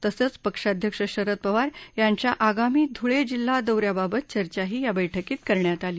तसंच पक्षाध्यक्ष शरद पवार यांच्या आगामी ध्रुळे जिल्हा दौऱ्याबाबत चर्चाही या बैठकीत करण्यात आली